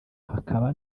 hakaba